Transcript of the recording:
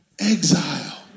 Exile